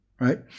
right